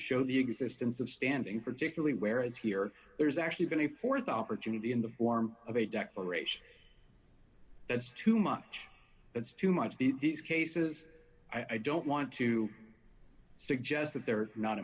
show the existence of standing particularly where as here there's actually been a th opportunity in the form of a declaration that's too much it's too much these cases i don't want to suggest that they're not